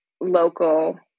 local